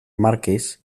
marqués